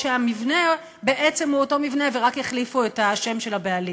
ולראות שהמבנה בעצם הוא אותו מבנה ורק החליפו את השם של הבעלים.